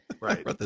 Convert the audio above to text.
Right